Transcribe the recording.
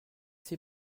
six